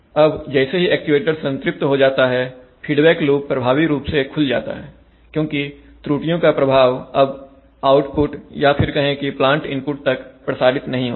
अब जैसे ही एक्चुएटर संतृप्त हो जाता है फीडबैक लूप प्रभावी रूप से खुल जाता है क्योंकि त्रुटियों का प्रभाव अब आउटपुट या फिर कहे की प्लांट इनपुट तक प्रसारित नहीं होगा